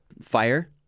fire